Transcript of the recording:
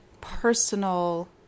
personal